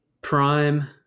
Prime